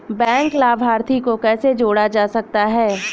Bank लाभार्थी को कैसे जोड़ा जा सकता है?